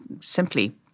simply